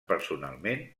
personalment